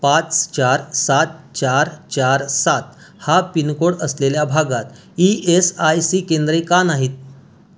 पाच चार सात चार चार सात हा पिनकोड असलेल्या भागात ई एस आय सी केंद्रे का नाहीत